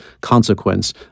consequence